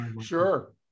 Sure